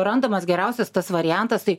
randamas geriausias tas variantas tai